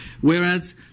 Whereas